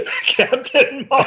Captain